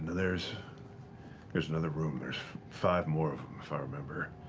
there's there's another room. there's five more of them, if i remember.